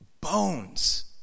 bones